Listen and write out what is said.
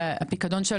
אינם בני הרחקה,